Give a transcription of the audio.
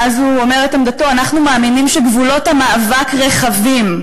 ואז הוא אומר את עמדתו: אנחנו מאמינים שגבולות המאבק רחבים.